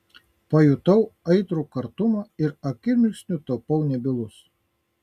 pajutau aitrų kartumą ir akimirksniu tapau nebylus